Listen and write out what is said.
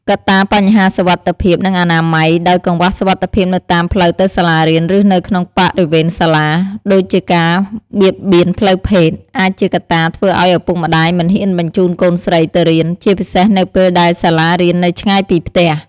កត្តាបញ្ហាសុវត្ថិភាព និងអនាម័យ ដោយកង្វះសុវត្ថិភាពនៅតាមផ្លូវទៅសាលារៀន ឬនៅក្នុងបរិវេណសាលា (ដូចជាការបៀតបៀនផ្លូវភេទ) អាចជាកត្តាធ្វើឲ្យឪពុកម្តាយមិនហ៊ានបញ្ជូនកូនស្រីទៅរៀន ជាពិសេសនៅពេលដែលសាលារៀននៅឆ្ងាយពីផ្ទះ។